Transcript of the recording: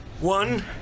One